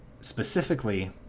specifically